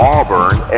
Auburn